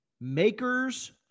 Makers